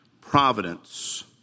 providence